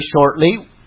shortly